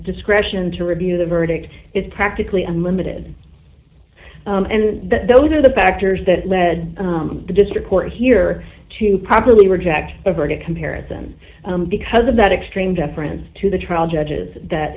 discretion to review the verdict is practically unlimited and that those are the factors that led the district court here to properly reject a verdict comparison because of that extreme deference to the trial judges that